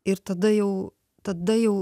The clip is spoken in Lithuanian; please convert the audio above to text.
ir tada jau tada jau